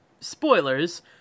Spoilers